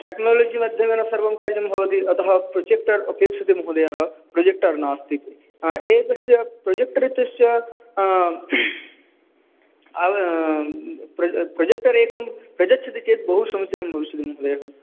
technology माध्यमेन सर्वं कारितं भवति अतः प्रोजेक्टर् अपेक्षते महोदयः प्रोजेक्टर् नास्ति एतस्य प्रोजेक्टर् इत्यस्य प्रोजेक्टरेकं प्रयच्छति चेत् बहु समीचिनं भवति महोदयः